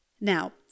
Now